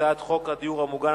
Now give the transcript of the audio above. הצעת חוק הדיור המוגן,